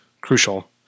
crucial